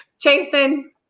Jason